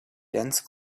dense